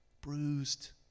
bruised